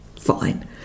fine